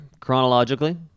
chronologically